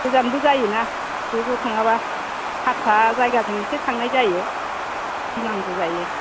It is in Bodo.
गोजानबो जायोना ज' ज' थाङाबा हारसा जायगाजों एसे थांनाय जायो गिनांगौ जायो